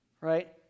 Right